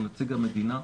הוא נציג המדינה,